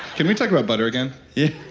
can we talk about butter again? yeah